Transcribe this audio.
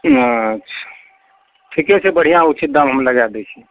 अच्छा ठीके छै बढ़िआँ उचित दाम हम लगाए दै छी